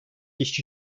işçi